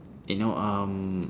you know um